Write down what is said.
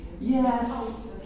Yes